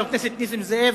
חבר הכנסת נסים זאב,